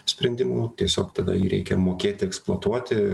sprendimų tiesiog tada jį reikia mokėti eksploatuoti